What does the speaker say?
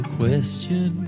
question